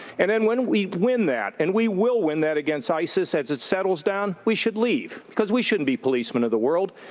and then when we win that, and we will win that against isis as it settles down, and we should leave. because we shouldn't be policemen of the world.